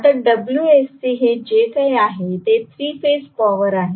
आता Wsc जे काही आहे ते 3 फेज पॉवर आहे